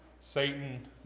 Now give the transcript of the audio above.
Satan